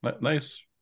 Nice